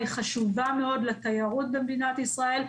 היא חשובה מאוד לתיירות במדינת ישראל,